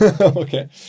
Okay